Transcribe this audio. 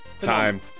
Time